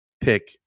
pick